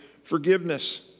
forgiveness